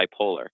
bipolar